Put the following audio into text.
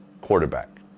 quarterback